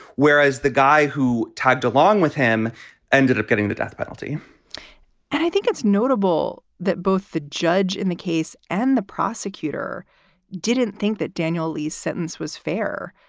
whereas the guy who tagged along with him ended up getting the death penalty and i think it's notable that both the judge in the case and the prosecutor didn't think that daniel lee's sentence was fair.